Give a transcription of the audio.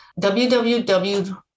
www